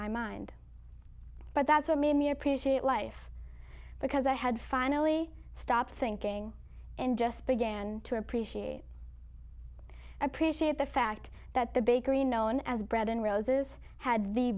my mind but that's what made me appreciate life because i had finally stopped thinking and just began to appreciate i appreciate the fact that the bakery known as bread and roses had the